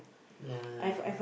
ya